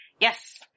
Yes